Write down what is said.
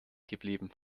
geblieben